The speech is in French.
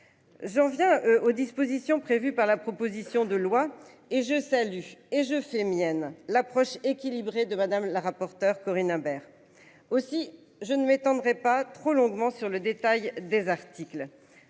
J'en viens aux dispositions prévues par la proposition de loi et je salue et je fais mienne l'approche équilibrée de Madame la rapporteure Corinne Imbert aussi je ne m'étendrai pas trop longuement sur le détail des articles